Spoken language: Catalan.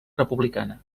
republicana